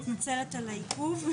אני מתנצלת על העיכוב.